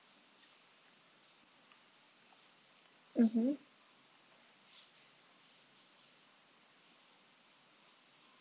mmhmm